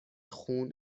خون